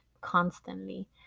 constantly